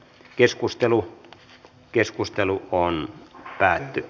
keskustelu on keskustelua on häirinnyt